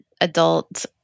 adult